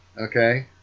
okay